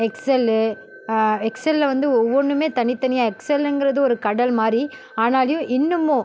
Excel எக்செலில் வந்து ஒவ்வொன்றுமே தனித்தனியாக எக்செல்லுங்கிறது ஒரு கடல் மாதிரி ஆனாலியும் இன்னமும்